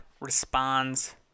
responds